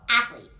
Athlete